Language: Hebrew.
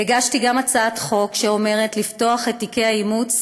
הגשתי גם הצעת חוק שאומרת לפתוח את תיקי האימוץ